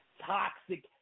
toxic